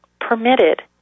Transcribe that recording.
permitted